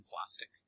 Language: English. plastic